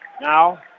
Now